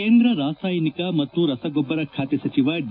ಕೇಂದ್ರ ರಾಸಾಯನಿಕ ಮತ್ತು ರಸಗೊಬ್ಲರ ಸಚಿವ ಡಿ